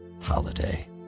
Holiday